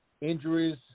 injuries